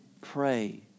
pray